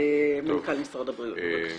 מנכ"ל משרד הבריאות, בבקשה.